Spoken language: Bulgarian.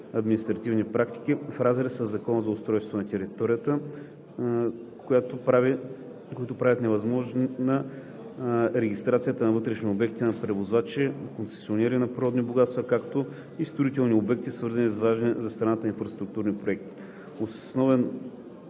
административна практика в разрез със Закона за устройството на територията, която прави невъзможна регистрацията на вътрешни обекти на превозвачи, концесионери на природни богатства, както и строителни обекти, свързани с важни за страната инфраструктурни проекти. Основен